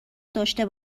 داشته